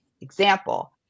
Example